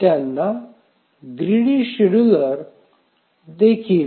त्यांना greedy scheduler देखील म्हटले जाते